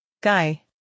Guy